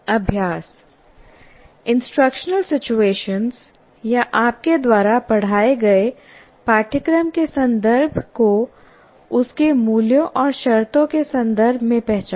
अभ्यास instructional situation या आपके द्वारा पढ़ाए गए पाठ्यक्रम के संदर्भ को उसके मूल्यों और शर्तों के संदर्भ में पहचानें